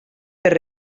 per